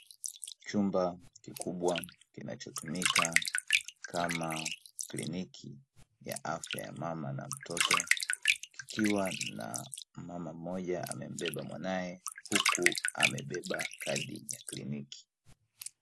Chumba kikubwa kinachotumika kama kliniki ya afya ya mama na mtoto, kikiwa na mama mmoja amembeba mwanae huku amembeba kadi ya kliniki.